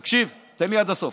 תקשיב, תן לי עד הסוף.